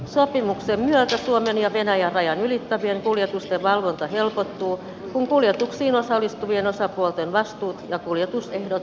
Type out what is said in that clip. sopimuksen myötä suomen ja venäjän rajan ylittävien kuljetusten valvonta helpottuu kun kuljetuksiin osallistuvien osapuolten vastuut ja kuljetusehdot ovat selkeät